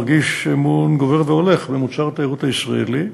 מרגיש אמון גובר והולך במוצר התיירות הישראלי,